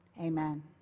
Amen